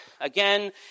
again